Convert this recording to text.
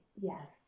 yes